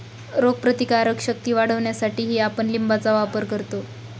रोगप्रतिकारक शक्ती वाढवण्यासाठीही आपण लिंबाचा वापर करतो